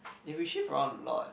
if we shift around a lot